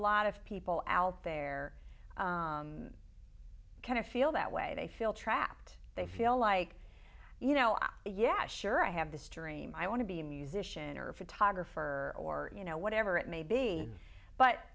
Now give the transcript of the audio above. lot of people out there kind of feel that way they feel trapped they feel like you know yeah sure i have this dream i want to be a musician or a photographer or you know whatever it may be but